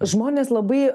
žmonės labai